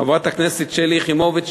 חברת הכנסת שלי יחימוביץ,